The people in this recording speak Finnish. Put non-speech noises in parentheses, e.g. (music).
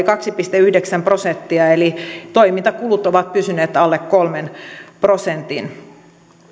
(unintelligible) kaksi pilkku yhdeksän prosenttia eli toimintakulut ovat pysyneet alle kolmen prosentin